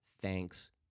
Thanks